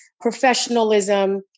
professionalism